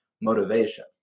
motivation